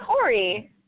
Corey